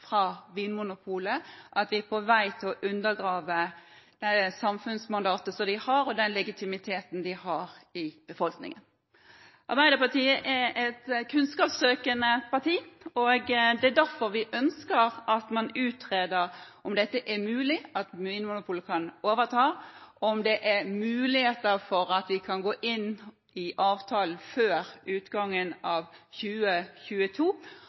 fra Vinmonopolet, at vi er på vei til undergrave det samfunnsmandatet de har, og den legitimiteten de har i befolkningen. Arbeiderpartiet er et kunnskapssøkende parti, og det er derfor vi ønsker at man utreder om det er mulig at Vinmonopolet kan overta, om det er muligheter for at vi kan gå inn i avtalen før utgangen av 2022,